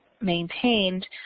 maintained